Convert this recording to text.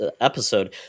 episode